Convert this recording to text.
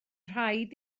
rhaid